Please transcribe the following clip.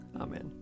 Amen